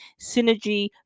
synergy